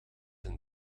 een